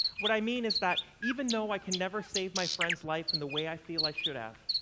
what i mean is that even though i can never save my friend's life in the way i feel i should have,